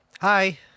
Hi